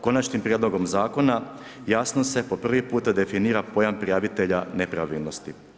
Konačnim prijedlogom zakona jasno se po prvi puta definira pojam prijavitelja nepravilnosti.